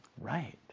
Right